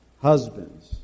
Husbands